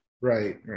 Right